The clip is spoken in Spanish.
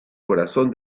corazón